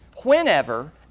Whenever